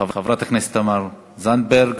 חברת הכנסת תמר זנדברג,